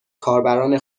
کاربران